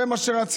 זה מה שרצינו,